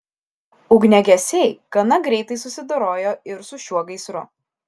ugniagesiai gana greitai susidorojo ir su šiuo gaisru